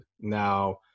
Now